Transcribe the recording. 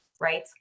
right